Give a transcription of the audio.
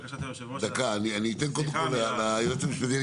דקה, אני אתן קודם כל לייעוץ המשפטי.